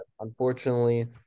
Unfortunately